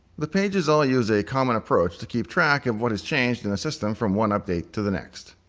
the pages all use a common approach to keep track of what has changed in the system from one update to the next.